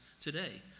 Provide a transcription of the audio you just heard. today